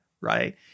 Right